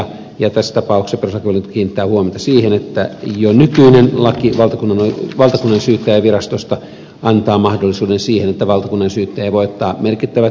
tässä tapauksessa perustuslakivaliokunta kiinnittää huomiota siihen että jo nykyinen laki valtakunnansyyttäjänvirastosta antaa mahdollisuuden siihen että valtakunnansyyttäjä voi ottaa merkittävät jutut käsiteltäväkseen